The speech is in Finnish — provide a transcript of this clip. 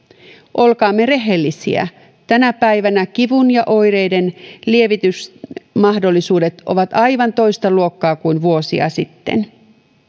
olkaamme rehellisiä tänä päivänä kivun ja oireiden lievitysmahdollisuudet ovat aivan toista luokkaa kuin vuosia sitten